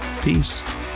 Peace